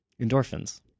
Endorphins